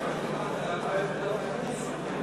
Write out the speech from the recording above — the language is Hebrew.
אי-אמון בממשלה לא נתקבלה.